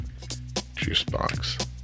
juicebox